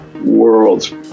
worlds